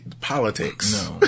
politics